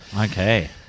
Okay